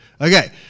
Okay